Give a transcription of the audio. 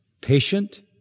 patient